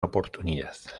oportunidad